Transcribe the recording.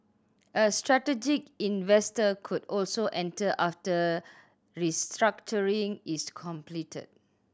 a strategic investor could also enter after restructuring is completed